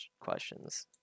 questions